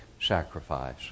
sacrifice